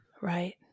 right